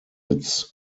its